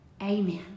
Amen